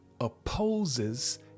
opposes